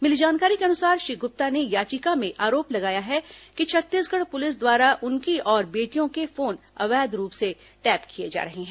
मिली जानकारी के अनुसार श्री गुप्ता ने याचिका में आरोप लगाया है कि छत्तीसगढ़ पुलिस द्वारा उनकी और बेटियों के फोन अवैध रूप से टैप किए जा रहे हैं